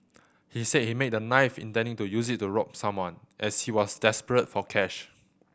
he said he made the knife intending to use it to rob someone as he was desperate for cash